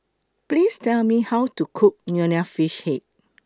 Please Tell Me How to Cook Nonya Fish Head